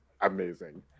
amazing